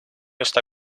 está